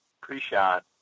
pre-shot